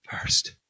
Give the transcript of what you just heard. first